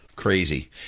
crazy